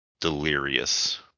delirious